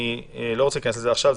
אני לא רוצה להיכנס לזה עכשיו.